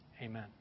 Amen